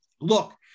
look